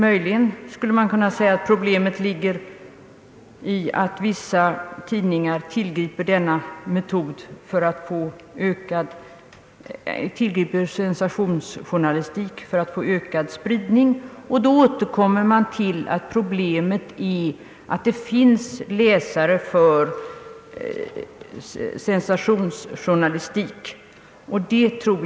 Möjligen skulle man kunna säga att problemet utgöres av att vissa tidningar tillgriper sensationsjournalistik för att få ökad spridning, och då återkommer man till att problemet är att det finns läsare för denna form av journalistik.